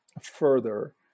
further